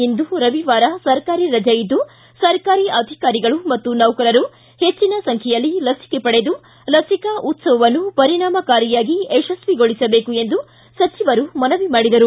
ಇಂದು ರವಿವಾರ ಸರ್ಕಾರಿ ರಜೆಯಿದ್ದು ಸರ್ಕಾರಿ ಅಧಿಕಾರಿಗಳು ಮತ್ತು ನೌಕರರು ಹೆಚ್ಚಿನ ಸಂಖ್ಯೆಯಲ್ಲಿ ಲಸಿಕೆ ಪಡೆದು ಲಸಿಕಾ ಉತ್ಸವವನ್ನು ಪರಿಣಾಮಕಾರಿಯಾಗಿ ಯಶಸ್ವಿಗೊಳಿಸಬೇಕು ಎಂದು ಸಚಿವರು ಮನವಿ ಮಾಡಿದರು